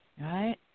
Right